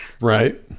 right